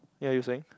yeah you were saying